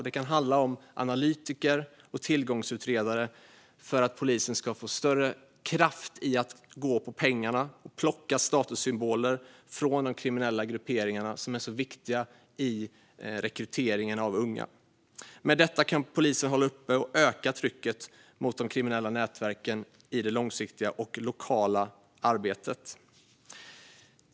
Det kan handla om analytiker och tillgångsutredare för att polisen ska få större kraft att gå på pengarna och plocka statussymboler från de kriminella grupperingarna - det är ju sådant som är viktigt för gängens rekrytering av unga. Med detta kan polisen hålla uppe och öka trycket mot de kriminella nätverken i det långsiktiga och lokala arbetet.